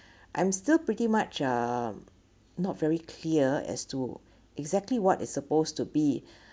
I'm still pretty much uh not very clear as to exactly what it's supposed to be